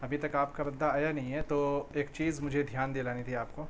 ابھی تک آپ کا بندہ آیا نہیں ہے تو ایک چیز مجھے دھیان دلانی تھی آپ کو